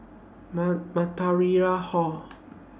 Hall